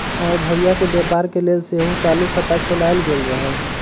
हमर भइया के व्यापार के लेल सेहो चालू खता खोलायल गेल रहइ